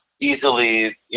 easily